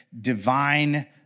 divine